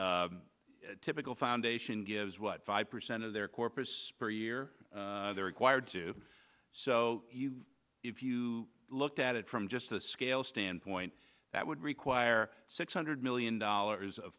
typical foundation gives what five percent of their corpus per year they're required to do so if you look at it from just a scale standpoint that would require six hundred million dollars of